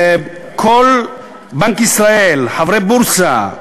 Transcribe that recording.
בנק ישראל, חברי בורסה,